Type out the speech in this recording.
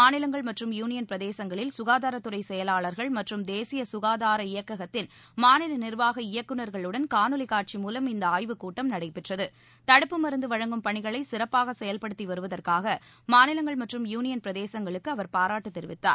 மாநிலங்கள் மற்றும் யூனியன் பிரதேசங்களில் சுகாதாரத்துறை செயலாளர்கள் மற்றும் தேசிய சுகாதார இயக்கத்தின் மாநில நிர்வாக இயக்குநர்களுடன் காணொலிக் காட்சி மூலம் இந்த ஆய்வுக் கூட்டம் நடைபெற்றது தடுப்பு மருந்து வழங்கும் பணிகளை சிறப்பாக செயல்படுத்தி வருவதற்காக மாநிலங்கள் மற்றும் யூனியன் பிரதேசங்களுக்கு அவர் பாராட்டு தெரிவித்தார்